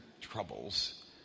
troubles